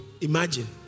imagine